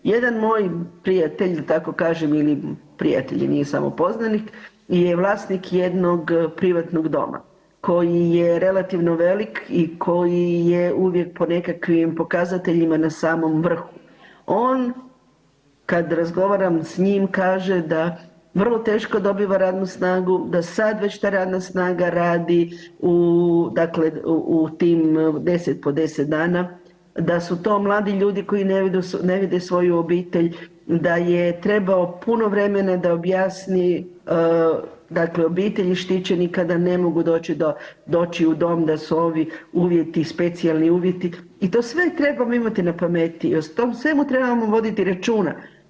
Jedan moj prijatelj da tako kažem ili prijatelj jer nije samo poznanik je vlasnik jednog privatnog doma koji je relativno velik i koji je uvijek po nekakvim pokazateljima na samom vrhu, on kada razgovaram s njim kaže da vrlo teško dobiva radnu snagu, da sad već ta radna snaga radi u tim 10 po 10 dana, da su to mladi ljudi koji ne vide svoju obitelj, da je trebao puno vremena da objasni dakle obitelji štićenika da ne mogu doći u dom da su ovi uvjeti specijalni uvjeti i to sve trebamo imati na pameti i o tome svemu trebamo voditi računa.